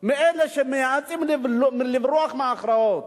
מאלה שמייעצים לו לברוח מהכרעות.